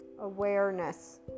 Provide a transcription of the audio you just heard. awareness